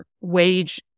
wage